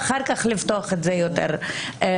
ואחר כך לפתוח את זה למשהו יותר רחב.